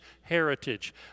heritage